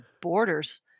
borders